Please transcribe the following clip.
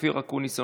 אופיר אקוניס,